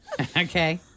Okay